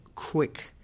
Quick